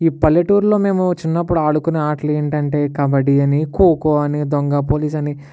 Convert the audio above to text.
ఈ పల్లెటూరులో మేము చిన్నప్పుడు ఆడుకునే ఆటలు ఏమిటంటే కబడ్డీ అని కో కో అని దొంగ పోలీస్ అని